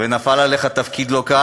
ונפל עליך תפקיד לא קל.